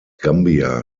gambia